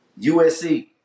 USC